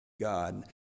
God